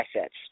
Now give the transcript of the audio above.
assets